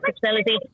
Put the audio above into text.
facility